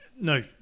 No